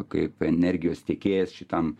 kaip energijos tiekėjas šitam